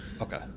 Okay